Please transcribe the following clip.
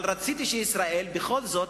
אבל רציתי שישראל בכל זאת,